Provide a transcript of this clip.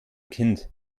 kind